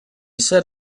set